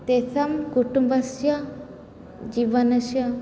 तेषां कुटुम्बस्य जीवनस्य